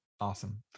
Awesome